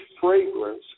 fragrance